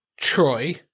Troy